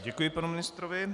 Děkuji panu ministrovi.